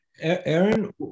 Aaron